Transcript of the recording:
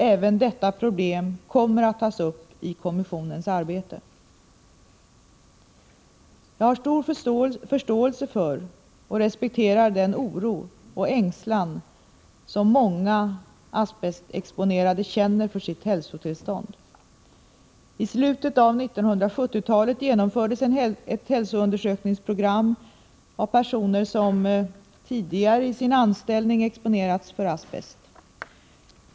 Även detta problem kommer att tas upp i kommissionens arbete. Jag har stor förståelse för och respekterar den oro och ängslan som många asbestexponerade känner för sitt hälsotillstånd. I slutet av 1970-talet genomfördes ett hälsoundersökningsprogram gällande personer som tidigare i sin anställning exponerats för asbest.